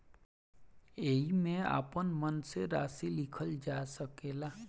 एईमे आपन मन से राशि लिखल जा सकेला